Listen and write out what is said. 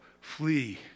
flee